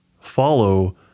follow